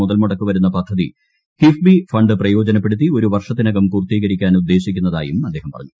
മുതൽമുടക്ക് വരുന്ന പദ്ധതി കീഫ്ബി ഫണ്ട് പ്രയോജനപ്പെടുത്തി ഒരു വർഷത്തിനകം പ്പൂർത്തീകരിക്കാൻ ഉദ്ദേശിക്കുന്നതായും അദ്ദേഹം പറഞ്ഞു